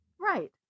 Right